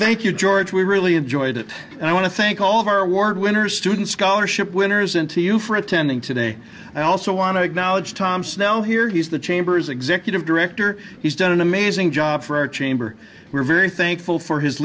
you george we really enjoyed it and i want to thank all of our award winners student scholarship winners and to you for attending today i also want to acknowledge tom now here he is the chamber's executive director he's done an amazing job for our chamber we're very thankful for his